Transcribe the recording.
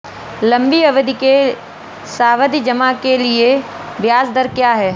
लंबी अवधि के सावधि जमा के लिए ब्याज दर क्या है?